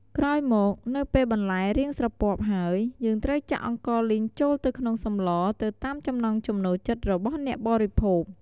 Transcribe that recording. ក្រោយមក នៅពេលបន្លែរាងស្រពាប់ហើយ យើងត្រូវចាក់អង្ករលីងចូលទៅក្នុងសម្លរទៅតាមចំណង់ចំណូលចិត្តរបស់អ្នកបរិភោគ។